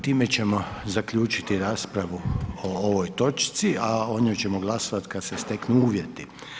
Time ćemo zaključiti raspravu o ovoj točci a o njoj ćemo glasovati kad se steknu uvjeti.